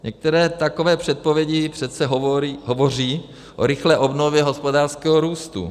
Některé takové předpovědi přece hovoří o rychlé obnově hospodářského růstu.